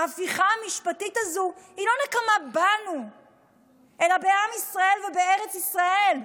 ההפיכה המשפטית הזו היא לא נקמה בנו אלא בעם ישראל ובארץ ישראל.